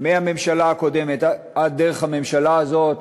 מהממשלה הקודמת דרך הממשלה הזו,